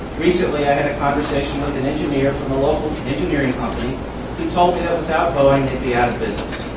recently, i had a conversation with an engineer from a local engineering company who told me that without boeing they'd be out of business.